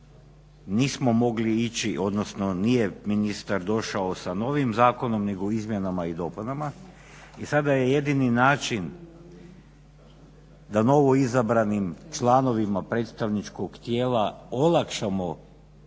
nismo mogli ići, odnosno nije ministar došao sa novim zakonom nego izmjenama i dopunama i sada je jedini način da novoizabranim članovima predstavničkog tijela olakšamo učenje